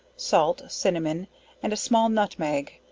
salt, cinnamon and a small nutmeg,